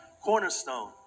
Cornerstone